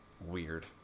Weird